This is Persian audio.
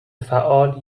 فعال